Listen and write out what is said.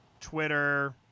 Twitter